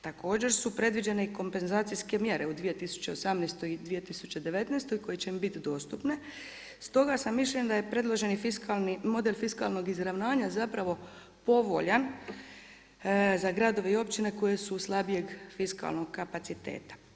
Također su predviđene i kompenzacijske mjere u 2018. i 2019. koje će im bit dostupne, stoga sam mišljenja da je predloženi fiskalni, model fiskalnog izravnanja zapravo povoljan za gradove i općine koje su slabijeg fiskalnog kapaciteta.